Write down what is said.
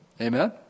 Amen